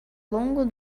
longo